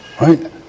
Right